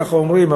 ככה אומרים,